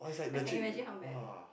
I can imagine how bad